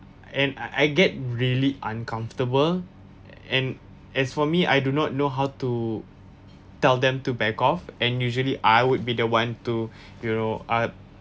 and I I get really uncomfortable and as for me I do not know how to tell them to back off and usually I would be the one to you know I'd